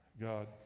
God